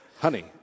Honey